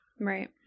Right